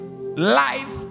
life